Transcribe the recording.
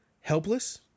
Helpless